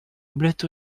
omelette